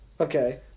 Okay